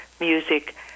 music